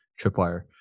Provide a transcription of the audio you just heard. Tripwire